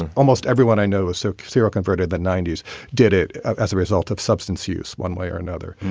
and almost everyone i know. so zero converted the ninety s did it as a result of substance use. one way or another.